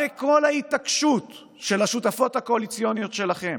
הרי כל ההתעקשות של השותפות הקואליציוניות שלכם